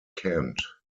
kent